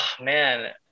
Man